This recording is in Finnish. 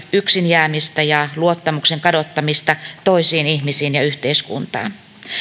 yksin jäämistä ja luottamuksen kadottamista toisiin ihmisiin ja yhteiskuntaan